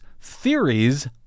theories